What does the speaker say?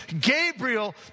Gabriel